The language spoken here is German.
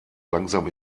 langsam